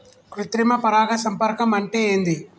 కృత్రిమ పరాగ సంపర్కం అంటే ఏంది?